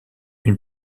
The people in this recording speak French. une